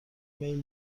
میل